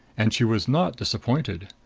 and she was not disappointed.